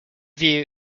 view